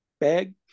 bag